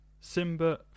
Simba